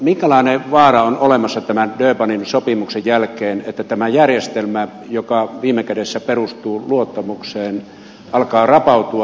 minkälainen vaara on olemassa tämän durbanin sopimuksen jälkeen että tämä järjestelmä joka viime kädessä perustuu luottamukseen alkaa rapautua